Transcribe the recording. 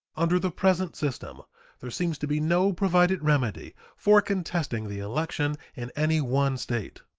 under the present system there seems to be no provided remedy for contesting the election in any one state.